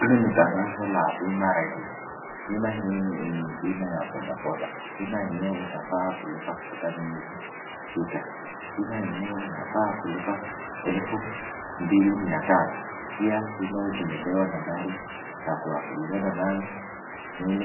Hili ni tangazo la bima raisi, bima hii ni bima ya bodaboda, bima yenyewe utafaa kulipa miezi sita, bima yenyewe unafaa kulipa elfu mbili mia tano pia bima hii tumepewa nambari ya kuwasiliana nayo